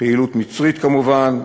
פעילות מצרית כמובן,